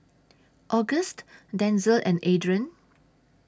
August Denzil and Adrain